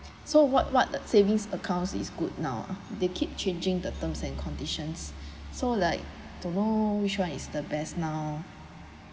so what what a savings account is good now ah they keep changing the terms and conditions so like to know which one is the best now